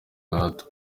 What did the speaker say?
gahato